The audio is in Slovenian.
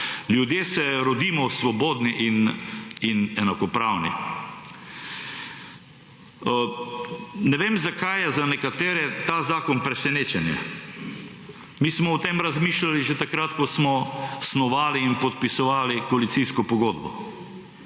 Ljudje se rodimo svobodni in enakopravni. Ne vem, zakaj je za nekatere ta zakon presenečenje. Mi smo o tem razmišljali že takrat, ko smo snovali in podpisovali koalicijsko pogodbo.